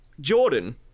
Jordan